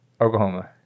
Oklahoma